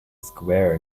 square